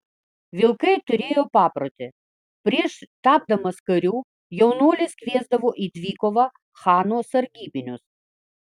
vilkai turėjo paprotį prieš tapdamas kariu jaunuolis kviesdavo į dvikovą chano sargybinius